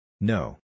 No